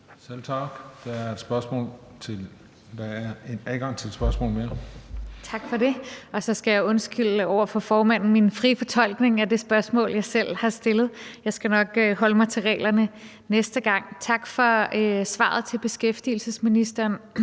Selv tak. Der er adgang til et spørgsmål mere. Kl. 13:52 Rosa Lund (EL): Tak for det. Og så skal jeg over for formanden undskylde min frie fortolkning af det spørgsmål, jeg selv har stillet. Jeg skal nok holde mig til reglerne næste gang. Tak til beskæftigelsesministeren